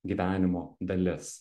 gyvenimo dalis